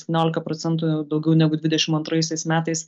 septyniolika procentų daugiau negu dvidešim antraisiais metais